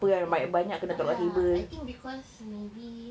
mmhmm tak lah I think because maybe